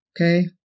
okay